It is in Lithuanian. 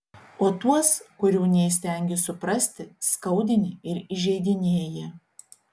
o tuos kurių neįstengi suprasti skaudini ir įžeidinėji